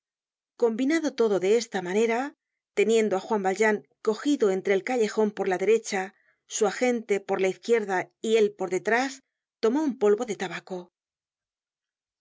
combinado todo de esta manera teniendo á juan valjean cogido entre el callejon por la derecha su agente por la izquierda y él por detrás tomó un polvo de tabaco